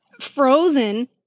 frozen